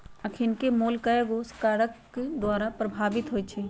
अखनिके मोल कयगो कारक द्वारा प्रभावित होइ छइ